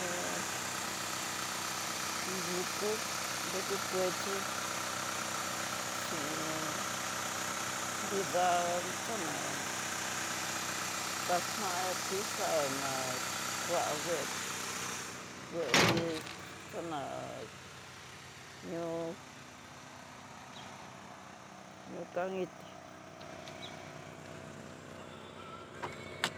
He nrukó nrukó kuache hin nrida xanan taxnatí xa'ana, kua wuetí, wuetí xona'a ñoó ñoó kakití.